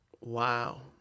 Wow